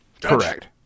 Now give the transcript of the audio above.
Correct